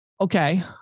Okay